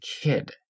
kid